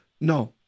no